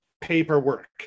paperwork